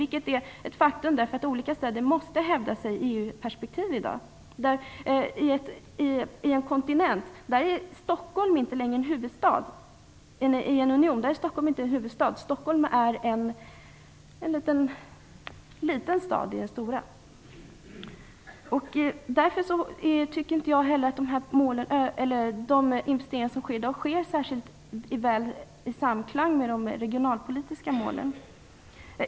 Det är ett faktum eftersom olika städer i dag måste hävda sig i ett EU-perspektiv. I en union är Stockholm inte längre en huvudstad. Där är Stockholm en liten stad. Därför tycker jag inte att investeringarna i dag sker särskilt väl i samklang med de regionalpolitiska målen.